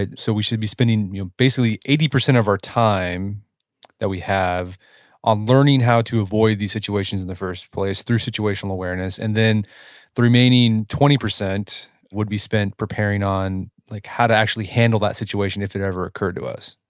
so, we should be spending basically eighty percent of our time that we have on learning how to avoid these situations in the first place through situational awareness, and then the remaining twenty percent would be spent preparing on like how to actually handle that situation if it ever occurred to us,